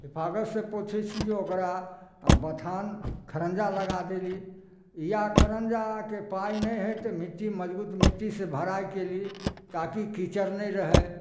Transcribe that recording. हिफाजत से पोसै छियै ओकरा बथान खरञ्जा लगा देली या खरञ्जाके पाइ नहि हइ तऽ मिट्टी मजबूत मिट्टी से भड़ाइ केली ताकि कीचड़ नहि रहय